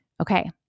Okay